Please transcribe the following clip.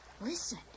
Listen